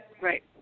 right